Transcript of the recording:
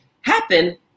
happen